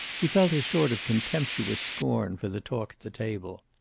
he felt a sort of contemptuous scorn for the talk at the table.